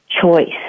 choice